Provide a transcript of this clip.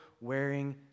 wearing